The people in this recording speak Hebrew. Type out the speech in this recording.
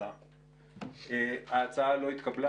הבקשה לחוות